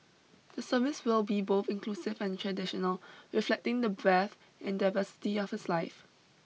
the service will be both inclusive and traditional reflecting the breadth and diversity of his life